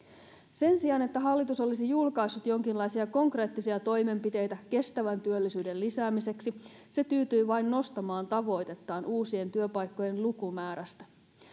sen sijaan että hallitus olisi julkaissut jonkinlaisia konkreettisia toimenpiteitä kestävän työllisyyden lisäämiseksi se tyytyi vain nostamaan tavoitettaan uusien työpaikkojen lukumäärästä